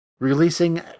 Releasing